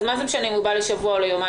מה זה משנה אם הוא בא לשבוע או ליומיים?